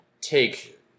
take